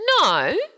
No